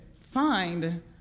find